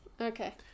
Okay